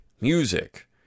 music